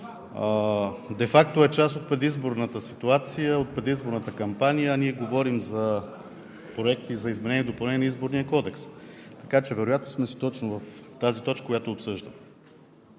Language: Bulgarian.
де факто е част от предизборната ситуация, от предизборната кампания, а ние говорим за проекти за изменение и допълнение на Изборния кодекс, така че вероятно сме си точно в тази точка, която обсъждаме.